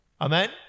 Amen